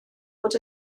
fod